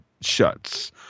shuts